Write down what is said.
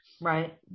Right